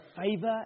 favor